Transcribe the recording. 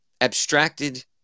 abstracted